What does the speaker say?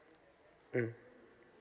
mm